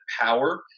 power